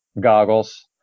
goggles